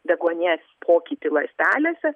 deguonies pokytį ląstelėse